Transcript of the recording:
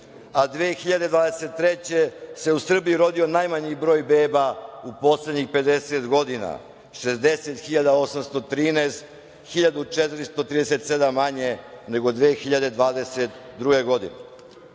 a 2023. godine se u Srbiji rodio najmanji broj beba u poslednjih 50 godina, 60.813, dakle 1.430 manje nego 2022 godine. Da